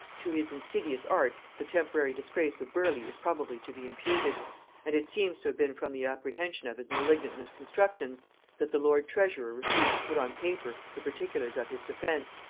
to his insidious arts the temporary disgrace of burleigh is probably to be imputed and it seems to have been from the apprehension of his malignant misconstructions that the lord treasurer refused to put on paper the particulars of his defence,